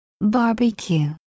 barbecue